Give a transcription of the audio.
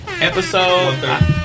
Episode